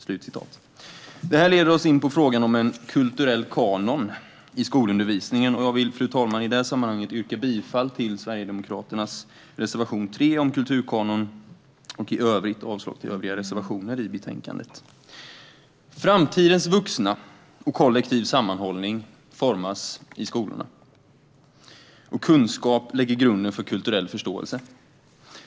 Detta leder oss in på frågan om en kulturell kanon i skolundervisningen. Jag vill, fru talman, i det sammanhanget yrka bifall till Sverigedemokraternas reservation 3 om kulturkanon och avslag på övriga reservationer i betänkandet. Framtidens vuxna och kollektiv sammanhållning formas i skolan, och kunskap lägger grunden för kulturell förståelse.